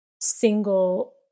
single